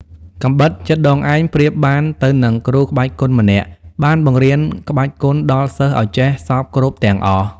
កាំបិតចិតដងឯងប្រៀបបានទៅនឹង គ្រូក្បាច់គុនម្នាក់ បានបង្រៀនក្បាច់គុនដល់សិស្សឲ្យចេះសព្វគ្រប់ទាំងអស់ ។